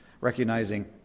recognizing